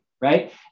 right